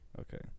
Okay